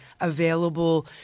available